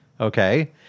Okay